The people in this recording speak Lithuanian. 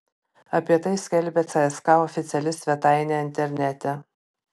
apie tai skelbia cska oficiali svetainė internete